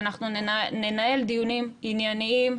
שאנחנו ננהל דיונים ענייניים,